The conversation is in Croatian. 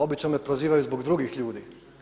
Obično me prozivaju zbog drugih ljudi.